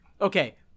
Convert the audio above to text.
Okay